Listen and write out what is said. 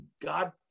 God